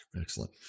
Excellent